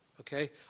Okay